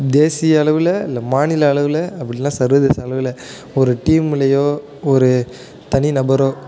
தேசிய அளவில் இல்லை மாநில அளவில் அப்படி இல்லைன்னா சர்வதேச அளவில் ஒரு டீம்லயோ ஒரு தனி நபரோ